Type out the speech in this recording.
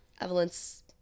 Evelyn's